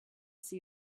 see